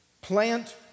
plant